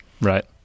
Right